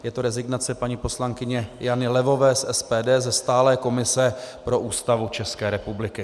Je to rezignace paní poslankyně Jany Levové z SPD, ze stálé komise pro Ústavu České republiky.